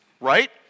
Right